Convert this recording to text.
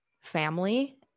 family